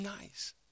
nice